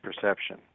perception